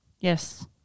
Yes